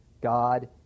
God